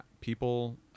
People